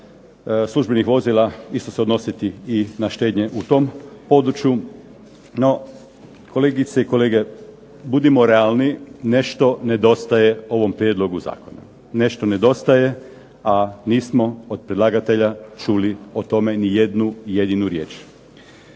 službenih vozila isto se odnositi i na štednje u tom području. No, kolegice i kolege, budimo realni. Nešto nedostaje ovom prijedlogu zakona. Nešto nedostaje, a nismo od predlagatelja čuli o tome ni jednu jedinu riječ.